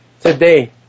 today